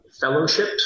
fellowship